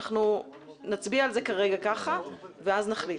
אנחנו נצביע על זה כרגע ככה ואז נחליט.